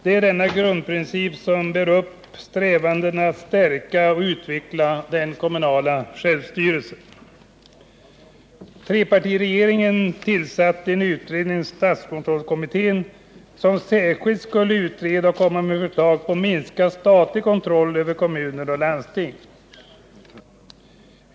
Det är denna grundprincip som bär upp strävandena att stärka och utveckla den kommunala självstyrelsen. Trepartiregeringen tillsatte en utredning — statskontrollkommittén — som särskilt skulle komma med förslag i fråga om minskad statlig kontroll över kommuner och landsting.